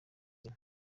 izina